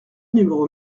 numéro